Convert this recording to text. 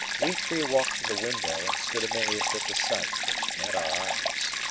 we three walked to the window and stood amazed at the sight which met our eyes.